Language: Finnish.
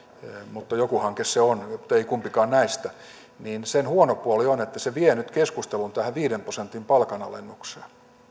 joku hanke se on muttei kumpikaan näistä huono puoli on on että se vie nyt keskustelun tähän viiden prosentin palkanalennukseen